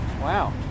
Wow